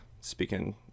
speaking